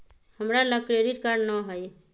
हमरा लग credit card नऽ हइ